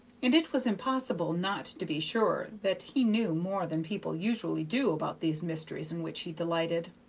and it was impossible not to be sure that he knew more than people usually do about these mysteries in which he delighted.